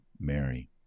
Mary